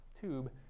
tube